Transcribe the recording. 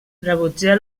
rebutjà